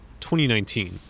2019